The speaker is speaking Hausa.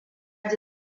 ji